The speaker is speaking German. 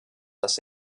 das